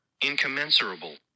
Incommensurable